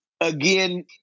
again